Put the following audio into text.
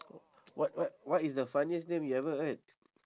what what what is the funniest name you ever heard